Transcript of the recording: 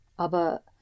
Aber